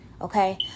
okay